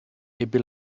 ebbe